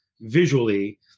visually